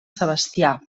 sebastià